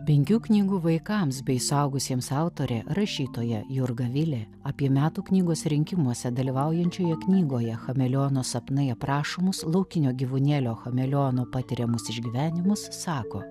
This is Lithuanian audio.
penkių knygų vaikams bei suaugusiems autorė rašytoja jurga vilė apie metų knygos rinkimuose dalyvaujančioje knygoje chameleono sapnai aprašomus laukinio gyvūnėlio chameleono patiriamus išgyvenimus sako